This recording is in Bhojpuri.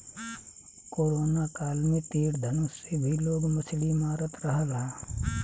कोरोना काल में तीर धनुष से भी लोग मछली मारत रहल हा